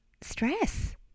stress